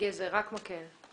גזר אלא רק מקל.